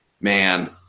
Man